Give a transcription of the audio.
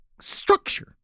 structure